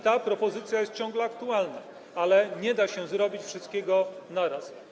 Ta propozycja jest ciągle aktualna, ale nie da się zrobić wszystkiego naraz.